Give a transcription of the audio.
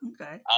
Okay